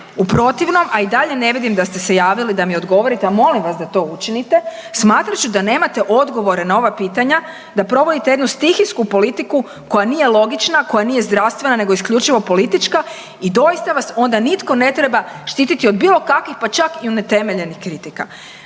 U protivnom, a i dalje ne vidim da ste se javili da mi odgovorite, a molim vas da to učinite, smatrat ću da nemate odgovore na ova pitanja, da provodite jednu stihijsku politiku koja nije logična, koja nije zdravstvena nego isključivo politička i doista vas onda nitko ne treba štitit od bilo kakvih i pa čak i neutemeljenih kritika.